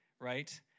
right